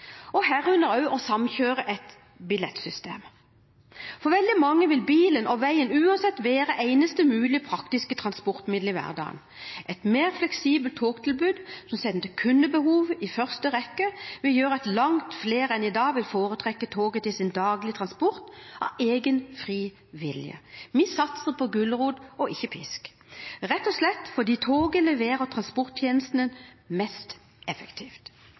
– herunder også å samkjøre et billettsystem. For veldig mange vil bilen og veien uansett være eneste mulige praktiske transportmiddel i hverdagen. Et mer fleksibelt togtilbud som setter kundebehovet i første rekke, vil gjøre at langt flere enn i dag vil foretrekke toget til sin daglige transport, av egen fri vilje. Vi satser på gulrot og ikke pisk, rett og slett fordi toget leverer transporttjenestene mest effektivt.